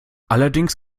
allerdings